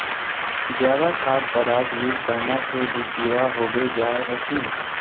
ज्यादा खाद पदार्थ यूज करना से भी कीड़ा होबे जाए है की?